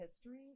history